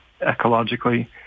ecologically